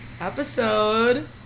episode